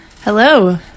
hello